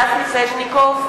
(קוראת בשמות חברי הכנסת) סטס מיסז'ניקוב,